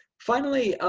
finally,